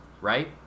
right